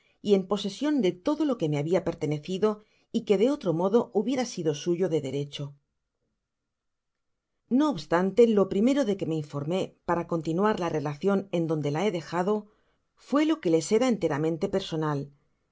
y en posesion de todo lo qtíe me hablá pertenecido y que de otro moda hubiera sido suyo de derecho no obstante lo primero de que me informé para continuar íá relación en donde la he dejado fue lo qutíles era enteramente personál